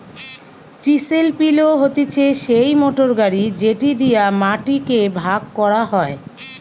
chisel পিলও হতিছে সেই মোটর গাড়ি যেটি দিয়া মাটি কে ভাগ করা হয়